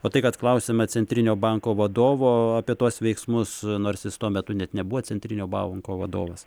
o tai kad klausiame centrinio banko vadovo apie tuos veiksmus nors jis tuo metu net nebuvo centrinio banko vadovas